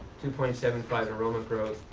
two point seven five enrollment growth.